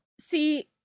See